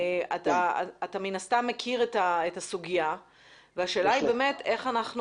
אתה מן הסתם מכיר את הסוגיה והשאלה היא באמת איך אנחנו